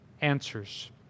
answers